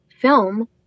film